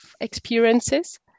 experiences